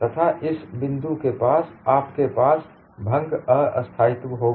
तथा इस बिंदु के पास आपके पास भंग अस्थायित्व होगा